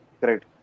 Correct